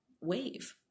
wave